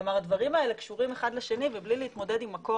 הדברים האלה קשורים אחד לשני ובלי להתמודד עם מקור